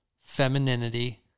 femininity